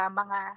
mga